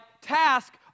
task